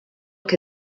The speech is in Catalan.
que